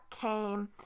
came